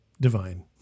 Divine